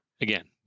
again